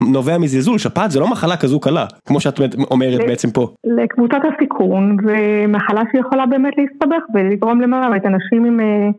נובע מזיזול, שפעת, זה לא מחלה כזו קלה, כמו שאת אומרת בעצם פה. לקבוצת הסיכון, זה מחלה שיכולה באמת להסתבך ולגרום למעלה את אנשים עם...